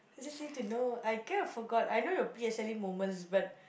I just need to know I kind of forgot I know your P_S_L_E moments but